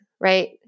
right